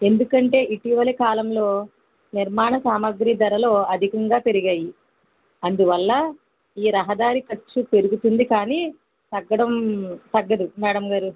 ఎందుకంటే ఇటీవలి కాలంలో నిర్మాణ సామగ్రి ధరలు అధికంగా పెరిగాయి అందువల్ల ఈ రహదారి ఖర్చు పెరుగుతుంది కానీ తగ్గడం తగ్గదు మేడంగారు